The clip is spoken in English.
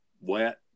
wet